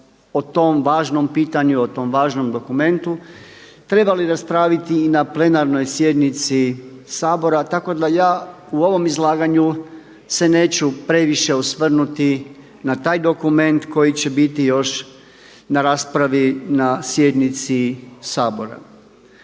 o tom važnom pitanju i o tom važnom dokumentu trebali raspraviti i na plenarnoj sjednici Sabora. Tako da ja u ovom izlaganju se neću previše osvrnuti na taj dokument koji će biti još na raspravi na sjednici Sabora.